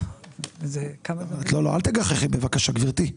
------ אל תגחכי בבקשה גברתי.